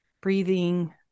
breathing